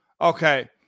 Okay